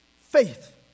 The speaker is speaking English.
faith